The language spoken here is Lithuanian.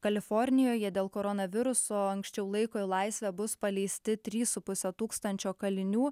kalifornijoje dėl koronaviruso anksčiau laiko į laisvę bus paleisti trys su puse tūkstančio kalinių